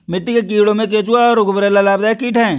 मिट्टी के कीड़ों में केंचुआ और गुबरैला लाभदायक कीट हैं